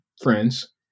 friends